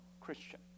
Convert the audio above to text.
Christian